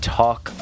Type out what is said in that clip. talk